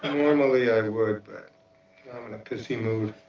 normally i would but i'm in a pissy mood.